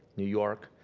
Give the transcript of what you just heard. new york,